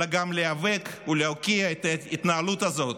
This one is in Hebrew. אלא גם להיאבק ולהוקיע את ההתנהלות הזאת,